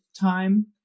time